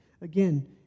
again